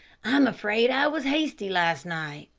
i am afraid i was hasty last night.